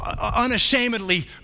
unashamedly